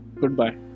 Goodbye